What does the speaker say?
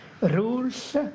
rules